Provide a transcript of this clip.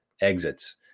exits